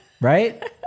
Right